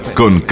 con